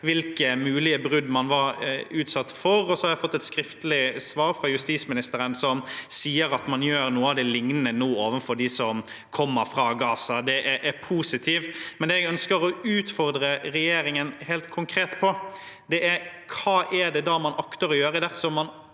hvilke mulige brudd man var utsatt for. Så har jeg fått et skriftlig svar fra justisministeren som sier at man gjør noe lignende nå overfor dem som kommer fra Gaza. Det er positivt. Men det jeg ønsker å utfordre regjeringen helt konkret på, er: Hva akter man å gjøre dersom man